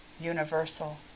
universal